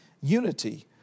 unity